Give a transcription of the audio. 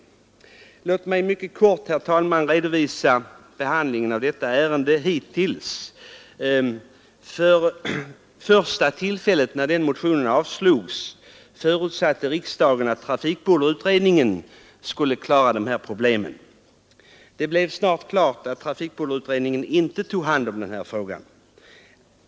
Låt mig mycket kort, herr talman, redovisa den hittillsvarande behandlingen av detta ärende. Första gången som en motion med krav på detta område avslogs förutsatte riksdagen att trafikbullerutredningen skulle klara dessa problem. Det blev snart klart att trafikbullerutredningen inte tog hand om denna fråga.